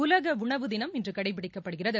உலக உணவு தினம் இன்று கடைபிடிக்கப்படுகிறது